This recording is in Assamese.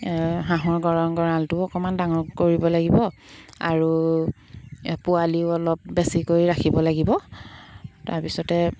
হাঁহৰ গৰম গঁৰালটো অকণমান ডাঙৰ কৰিব লাগিব আৰু পোৱালিও অলপ বেছিকৈ ৰাখিব লাগিব তাৰপিছতে